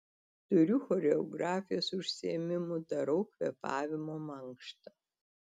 turiu choreografijos užsiėmimų darau kvėpavimo mankštą